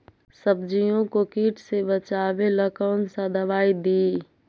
सब्जियों को किट से बचाबेला कौन सा दबाई दीए?